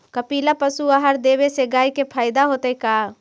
कपिला पशु आहार देवे से गाय के फायदा होतै का?